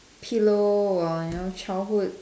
pillow or you know childhood